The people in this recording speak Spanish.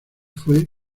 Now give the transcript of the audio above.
fue